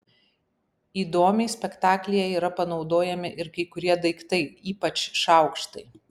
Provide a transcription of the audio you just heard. įdomiai spektaklyje yra panaudojami ir kai kurie daiktai ypač šaukštai